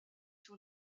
sur